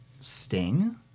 sting